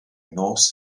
nos